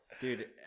Dude